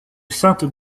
sainte